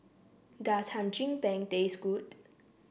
does Hum Chim Peng taste good